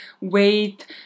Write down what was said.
weight